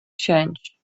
change